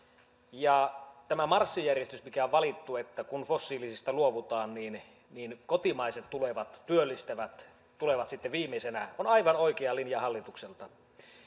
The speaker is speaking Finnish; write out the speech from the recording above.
tämä marssijärjestys mikä on valittu että kun fossiilisista luovutaan niin niin kotimaiset tulevat työllistävät tulevat sitten viimeisenä on aivan oikea linja hallitukselta